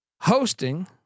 hosting